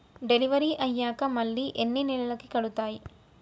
Delivery అయ్యాక మళ్ళీ ఎన్ని నెలలకి కడుతాయి?